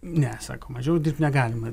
ne sako mažiau dirbt negalima